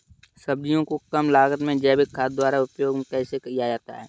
सब्जियों को कम लागत में जैविक खाद द्वारा उपयोग कैसे किया जाता है?